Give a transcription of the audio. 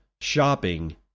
shopping